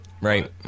right